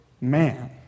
man